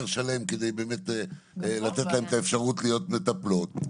שלם כדי באמת לתת את האפשרות להיות מטפלות.